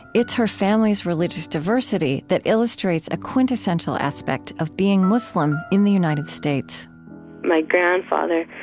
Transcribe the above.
it's her family's religious diversity that illustrates a quintessential aspect of being muslim in the united states my grandfather,